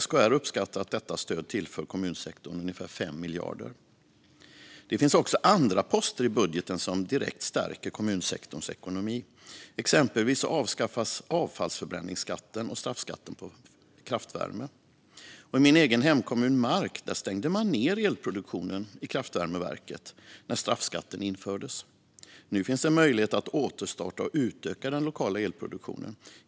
SKR uppskattar att detta stöd tillför kommunsektorn 5 miljarder. Det finns också andra poster och förslag i budgeten som direkt stärker kommunsektorns ekonomi. Exempelvis avskaffas avfallsförbränningsskatten och straffskatten på kraftvärme. I min egen hemkommun, Mark, stängde man elproduktionen i kraftvärmeverket när straffskatten infördes. Nu finns en möjlighet att återstarta och utöka den lokala elproduktionen.